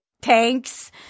tanks